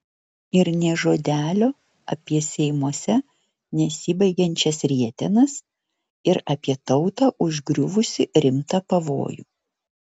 ir nė žodelio apie seimuose nesibaigiančias rietenas ir apie tautą užgriuvusį rimtą pavojų